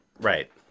Right